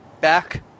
back